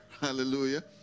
Hallelujah